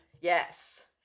Yes